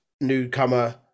newcomer